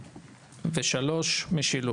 3. משילות.